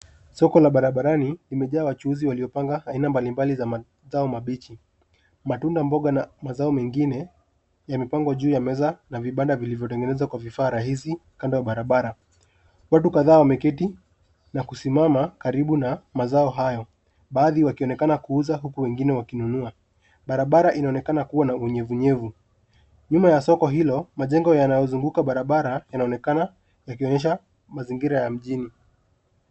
Soko la barabarani limejaa wachuuzi waliopanga aina mbalimbali za mazao mabichi ,matunda ,mboga na mazao mengine ya yamepangwa juu ya meza na vibanda vilivyotengenezwa kwa vifaa rahisi kando barabara ,watu kadhaa wameketi na kusimama karibu na mazao hayo baadhi wakionekana kuuza huku wengine wakinunua, barabara inaonekana kuwa na unyevunyevu, nyuma ya soko hilo majengo yanayozunguka barabara yanaonekana yakionyesha mazingira ya mjini.